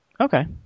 Okay